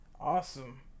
Awesome